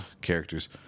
characters